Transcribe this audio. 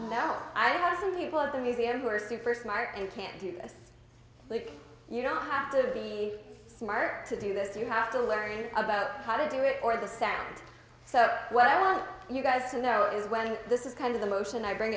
now i have some people at the museum who are super smart and can do this you don't have to be smart to do this you have to learn about how to do it or the sound so what i want you guys to know is when this is kind of the motion i bring